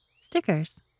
stickers